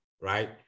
right